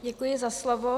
Děkuji za slovo.